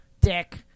Dick